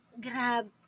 grab